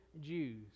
Jews